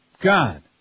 God